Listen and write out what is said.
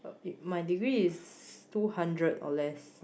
my degree is two hundred or less